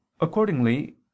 accordingly